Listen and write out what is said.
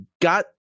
got